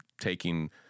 taking